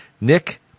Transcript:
Nick